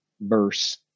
verse